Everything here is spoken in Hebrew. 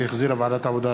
שהחזירה ועדת העבודה,